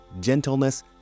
gentleness